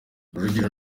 rujugiro